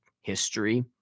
history